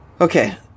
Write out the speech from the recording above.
Okay